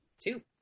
Two